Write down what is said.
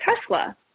Tesla